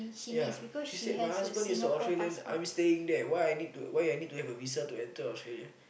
ya she said my husband is Australian I'm staying there why I need to why I need to have a visa to enter Australia